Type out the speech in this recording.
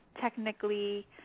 technically